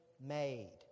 made